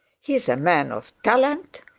he is a man of talent,